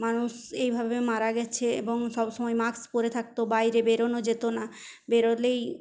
মানুষ এইভাবে মারা গেছে এবং সব সময় মাস্ক পরে থাকত এবং বাইরে বেরোনো যেত না বেরোলেই